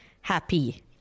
happy